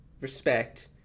respect